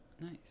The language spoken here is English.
Nice